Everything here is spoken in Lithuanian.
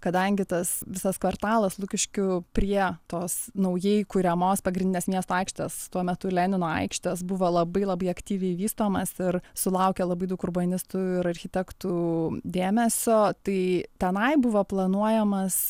kadangi tas visas kvartalas lukiškių prie tos naujai kuriamos pagrindinės miesto aikštės tuo metu lenino aikštės buvo labai labai aktyviai vystomas ir sulaukė labai daug urbanistų ir architektų dėmesio tai tenai buvo planuojamas